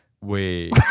Wait